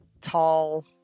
tall